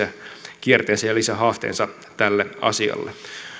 lisäkierteensä ja lisähaasteensa tälle asialle